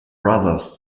brothers